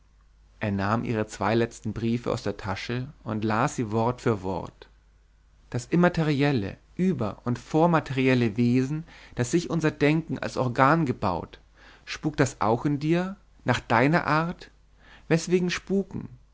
er nahm ihre zwei letzten briefe aus der tasche und las sie wort für wort das immaterielle über und vormaterielle wesen das sich unser denken als organ gebaut spukt das auch in dir nach deiner art weswegen spuken